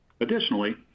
Additionally